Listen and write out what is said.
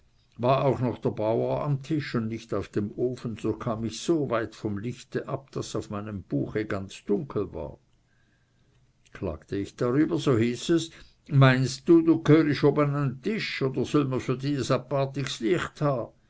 war auch noch der bauer am tisch und nicht auf dem ofen so kam ich so weit vom lichte ab daß es auf meinem buche ganz dunkel war klagte ich darüber so hieß es meinst du du g'hörst obe a tisch oder me söll für di es aparti